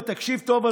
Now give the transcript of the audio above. ותקשיב טוב,